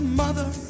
mother